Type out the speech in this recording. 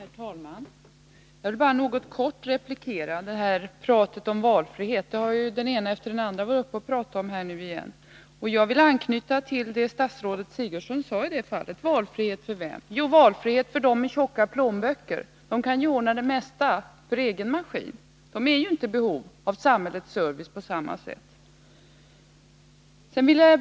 Herr talman! Jag vill bara helt kort replikera med anledning av talet om valfrihet. Den ene efter den andre har ju på nytt varit uppe och talat om detta. Jag vill anknyta till vad statsrådet Sigurdsen sade och fråga som hon: valfrihet för vem? Det blir valfrihet för dem som har tjocka plånböcker. De kan ordna det mesta själva och är inte i behov av samhällets service på samma sätt som andra.